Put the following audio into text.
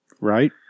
Right